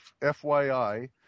fyi